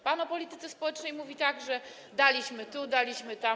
Pan o polityce społecznej mówi tak, że daliśmy tu, daliśmy tam.